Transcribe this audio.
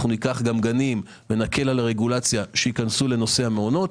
ניקח גם גנים ונקל על הרגולציה שייכנסו לנושא המעונות.